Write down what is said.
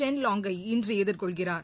Chen Long கை இன்று எதிர்கொள்கிறார்